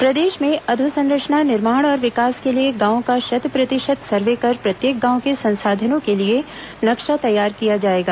panchayat survey प्रदेश में अधोसंरचना निर्माण और विकास के लिए गांवों का शत प्रतिशत सर्वे कर प्रत्येक गांव के संसाधनों के लिए नक्शा तैयार किया जाएगा